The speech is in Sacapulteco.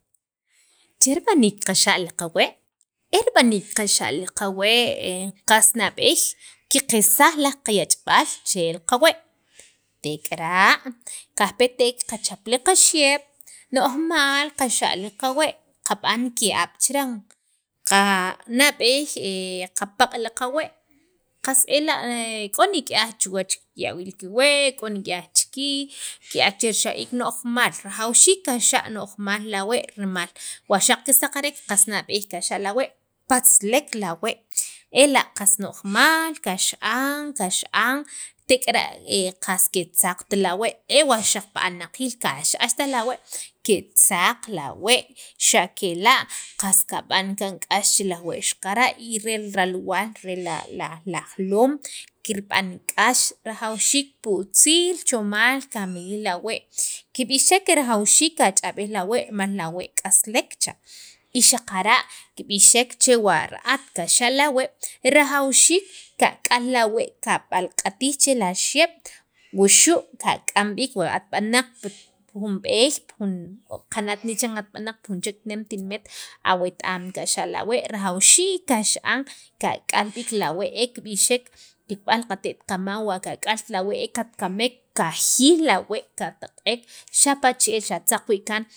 che rib'aniik qaxa' li qawee' qas nab'eey qaqelsaj laj qayach'b'al chel qawee' tek'ara' kajpetek kachap li qaxeb' nojmaal qaxa' li li qawee' qab'an ki'ab' chiran qa nab'eey qapaq' li qawee' qas ela' k'o nik'yak chuwach k'o nik'yaj chi riij ke'ak che rixa'iik nojmaal rimal wa qas kisaqarek qas nab'eey qaxa' la' wee' patzalek lawee' ela' qas nojmal kaxa'an kaxa'an tek'ar' qast ketzaqt la' wee' e wa' pi alnaqiil kaxa'axtaj la wee' ketzaq lawee' qas kab'an kaan k'ax che lawee xaqara' y ralwaal rere la la jaloom kirb'an k'ax rajawxiik putzi'l chomaal kamilij la wee' kib'ixek che rajawxiik kach'ab'ej la wee' rimal la' wee' k'aslek cha y xaqara' kib'ixek che wa ra'at kaxa' la wee' rajawxiik kak'al la wee' kab'alk'atij che la xiyeb' wuxu' kak'am b'iik wa at b'anaq pi jun b'eey jun qana't ne chiran at b'anaq pi jun chek tinimet awet am kaxa' la wee' rajawxiik kaxa'an kak'al b'iik awee' kikb'aj li qatet' kamam wa kak'alt la' wee' kajiriy la wee' kataq'eq apa che'el xa tzaq wii' kaan